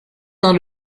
dans